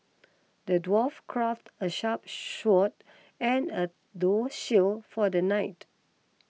the dwarf crafted a sharp sword and a tough shield for the knight